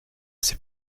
ces